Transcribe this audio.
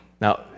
Now